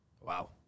Wow